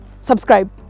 subscribe